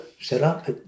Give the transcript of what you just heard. setup